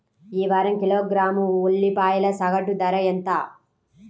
ఈ వారం కిలోగ్రాము ఉల్లిపాయల సగటు ధర ఎంత?